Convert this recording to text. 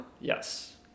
Yes